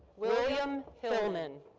william hillman.